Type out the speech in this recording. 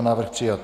Návrh přijat.